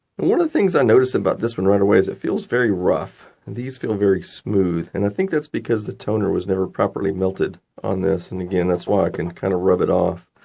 but one of the things i notice about this one right away is that it feels very rough and these feel very smooth. and i think that's because the toner was never properly melted on this. and again, that's why i can kind of rub it off.